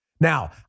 Now